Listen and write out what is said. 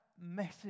message